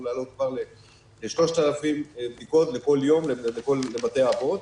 להעלות כבר ל-3,000 בדיקות בכל יום לבתי האבות.